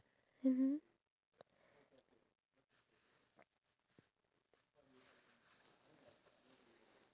I feel like it will be more fair if I do research and then I look at um how the whole country is